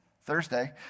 Thursday